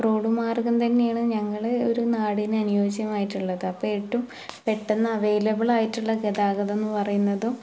road മാർഗം തന്നെയാണ് ഞങ്ങള് ഒരു നാടിന് അനുയോജ്യമായിട്ടുള്ളത് അപ്പോ ഏറ്റവും പെട്ടെന്ന് അവൈലബിലായിട്ടുളള ഗതാഗതം എന്ന് പറയുന്നതും